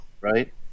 Right